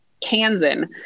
Kansan